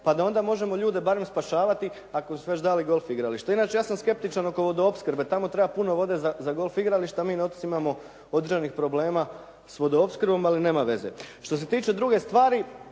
pa da onda možemo ljude barem spašavati, ako su već dali golf igralište. Inače, ja sam skeptičan oko vodoopskrbe. Tamo treba puno vode za golf igrališta, mi na otocima imamo određenih problema s vodoopskrbom, ali nema veze. Što se tiče druge stvari,